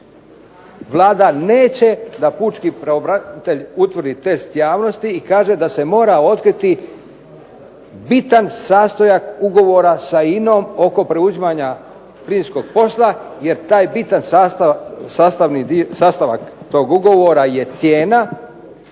Vlada neće da Pučki pravobranitelj utvrdi test javnosti i kaže da se mora otkriti bitan sastojak ugovora sa INA-om oko preuzimanja plinskog posla, jer taj bitan sastavak tog ugovora je cijena